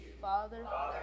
Father